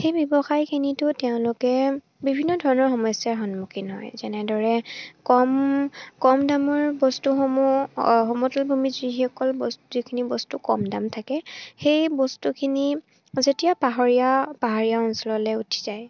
সেই ব্যৱসায়খিনিতো তেওঁলোকে বিভিন্ন ধৰণৰ সমস্যাৰ সন্মুখীন হয় যেনেদৰে কম কম দামৰ বস্তুসমূহ সমতল ভূমি যিসকল বস্তু যিখিনি বস্তু কম দাম থাকে সেই বস্তুখিনি যেতিয়া পাহৰীয়া পাহাৰীয়া অঞ্চললৈ উঠি যায়